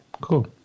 Cool